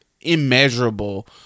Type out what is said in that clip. immeasurable